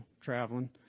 traveling